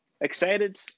excited